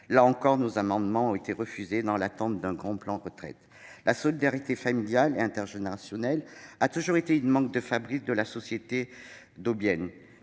Là encore, nos amendements ont été rejetés, dans l'attente d'un grand plan de réforme des retraites. La solidarité familiale et intergénérationnelle a toujours été une marque de fabrique de la société domienne,